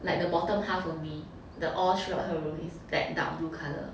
like the bottom half only the all throughout her room is that dark blue colour